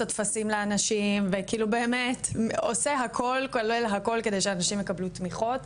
הטפסים לאנשים והוא עושה הכל כולל הכל כדי שאנשים יקבלו תמיכות,